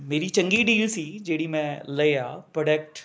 ਮੇਰੀ ਚੰਗੀ ਡੀਲ ਸੀ ਜਿਹੜੀ ਮੈਂ ਲਿਆ ਪੋਡੈਕਟ